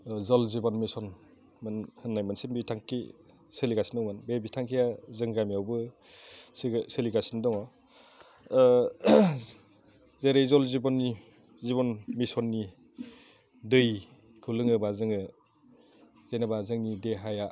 जल जिबन मिसन होननाय मोनसे बिथांखि सोलिगासिनो दंमोन बे बिथांखिया जोंनि गामियावबो सोलिगासिनो दङ जेरै जल जिबन मिसननि दैखौ लोङोबा जोङो जेनेबा जोंनि देहाया